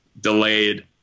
delayed